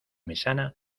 mesana